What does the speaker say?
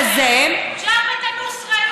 אז ג'בהת א-נוסרה,